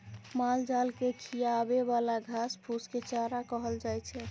मालजाल केँ खिआबे बला घास फुस केँ चारा कहल जाइ छै